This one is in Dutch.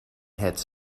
het